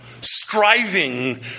striving